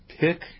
pick